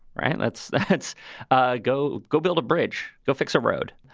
right. let's let's ah go go build a bridge. go fix a road.